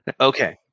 Okay